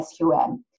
SQM